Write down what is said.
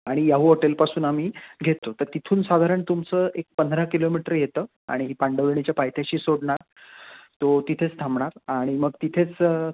आणि याहू हॉटेलपासून आम्ही घेतो तर तिथून साधारण तुमचं एक पंधरा किलोमीटर येतं आणि पांडवणीच्या पायथ्याशी सोडणार तो तिथेच थांबणार आणि मग तिथेच